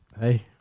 Hey